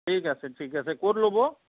ঠিক আছে ঠিক আছে ক'ত ল'ব